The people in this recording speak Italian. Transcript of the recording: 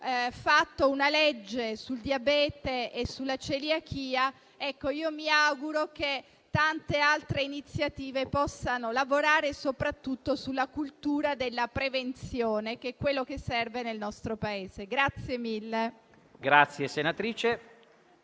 fatto una legge sul diabete e sulla celiachia. Mi auguro che tante altre iniziative possano lavorare soprattutto sulla cultura della prevenzione, che è quello che serve nel nostro Paese. **Atti e documenti,